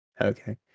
Okay